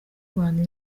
rwanda